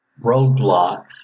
roadblocks